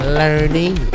learning